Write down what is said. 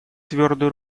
твердую